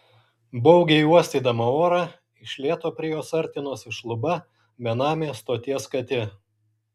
baugiai uostydama orą iš lėto prie jos artinosi šluba benamė stoties katė